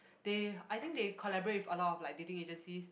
they I think they collaborate with a lot of like dating agencies